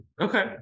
Okay